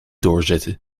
doorzetten